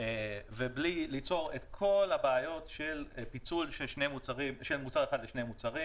ובלי ליצור את כל הבעיות של פיצול של מוצר אחד לשני מוצרים